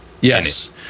Yes